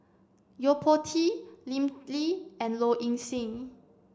Yo Po Tee Lim Lee and Low Ing Sing